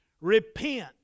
repent